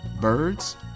birds